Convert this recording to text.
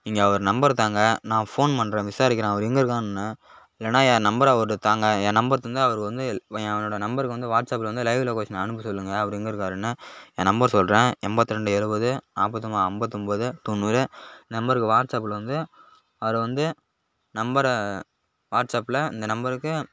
நீங்கள் அவரு நம்பரை தாங்க நான் ஃபோன் பண்ணுறேன் விசாரிக்கிறேன் அவரு எங்கே இருக்காருன்னு இல்லைன்னா என் நம்பரை அவருட்ட தாங்க என் நம்பர் தந்தால் அவரு வந்து என் என்னோட நம்பருக்கு வந்து வாட்ஸ்ஆப்பில் வந்து லைவ் லொக்கேஷன் கொஞ்சம் அனுப்ப சொல்லுங்கள் அவரு எங்கே இருக்காருன்னு என் நம்பர் சொல்கிறேன் எண்பத்தி ரெண்டு இருபது நாற்பத்தி மூணு ஐம்பத்தொம்போது தொண்ணூறு நம்பருக்கு வாட்ஸ்ஆப்பில் வந்து அவர வந்து நம்பரை வாட்ஸ்ஆப்பில் இந்த நம்பருக்கு